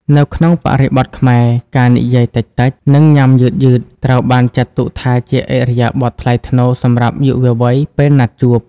នៅក្នុងបរិបទខ្មែរ ការនិយាយតិចៗ និងញ៉ាំយឺតៗ ត្រូវបានចាត់ទុកថាជាឥរិយាបថថ្លៃថ្នូរសម្រាប់យុវវ័យពេលណាត់ជួប។